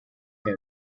him